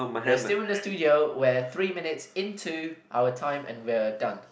we're still in the studio where three minutes into our time and we're done